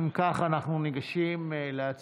אם כך, אנחנו ניגשים להצבעה.